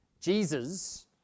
Jesus